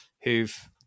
who've